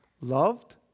loved